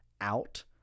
out